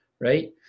right